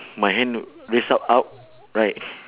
my hand raise up out right